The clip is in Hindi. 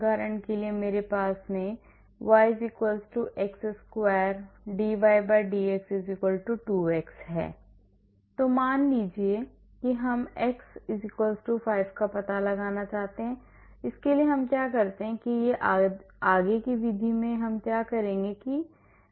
उदाहरण के लिए मेरे पास y x वर्ग dy dx 2x है तो मान लीजिए कि हम x 5 का पता लगाना चाहते हैं हम क्या करते हैं आगे की विधि में है कि मैं क्या करूंगा